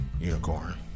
unicorn